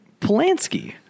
Polanski